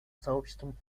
сообществом